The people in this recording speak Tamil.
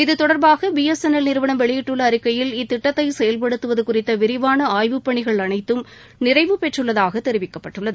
இத்தொடர்பாக பிஎஸ்என்எல் நிறுவனம் வெளியிட்டுள்ள அறிக்கையில் இத்திட்டத்தை செயல்படுத்துவது குறித்த விரிவான ஆய்வு பணிகள் அனைத்தும் நிறைவு பெற்றுள்ளதாக தெரிவிக்கப்பட்டுள்ளது